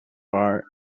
far